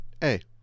Hey